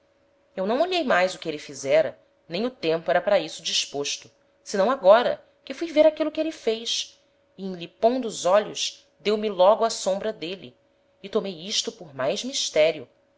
eu não olhei mais o que êle fizera nem o tempo era para isto disposto senão agora que fui ver aquilo que êle fez e em lhe pondo os olhos deu-me logo a sombra d'êle e tomei isto por mais misterio